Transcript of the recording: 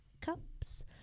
cups